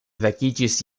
vekiĝis